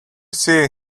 see